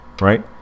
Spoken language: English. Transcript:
right